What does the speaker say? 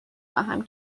خواهم